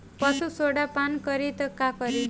पशु सोडा पान करी त का करी?